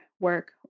work